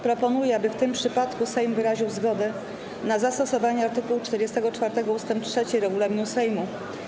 Proponuję, aby w tym przypadku Sejm wyraził zgodę na zastosowanie art. 44 ust. 3 regulaminu Sejmu.